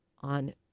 on